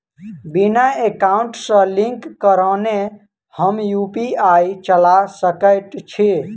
बिना एकाउंट सँ लिंक करौने हम यु.पी.आई चला सकैत छी?